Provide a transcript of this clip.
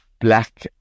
black